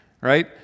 Right